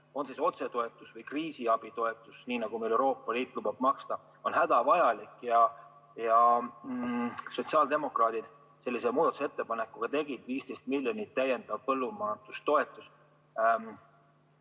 on see otsetoetus või kriisiabitoetus, nii nagu Euroopa Liit lubab maksta, on hädavajalik. Sotsiaaldemokraadid sellise muudatusettepaneku ka tegid: 15 miljonit [eurot] täiendavat põllumajandustoetust.